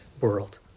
world